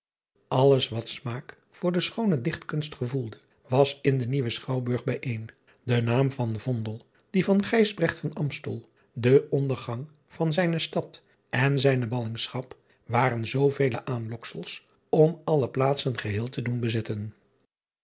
lles wat smaak voor de schoone ichtkunst gevoelde was in den ieuwen chouwburg bijéén de naam van die van de ondergang van zijne stad en driaan oosjes zn et leven van illegonda uisman zijne ballingschap waren zoovele aanloksels om alle plaatsen geheel te doen bezetten